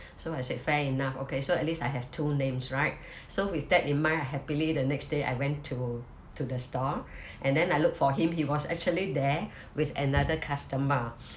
so I said fair enough okay so at least I have two names right so with that in mind happily the next day I went to to the store and then I look for him he was actually there with another customer